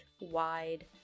wide